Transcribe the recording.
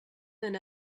than